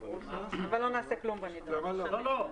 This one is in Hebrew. לא.